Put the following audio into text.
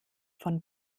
von